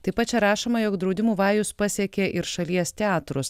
taip pat čia rašoma jog draudimų vajus pasiekė ir šalies teatrus